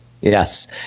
Yes